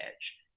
edge